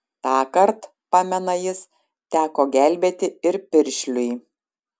tąkart pamena jis teko gelbėti ir piršliui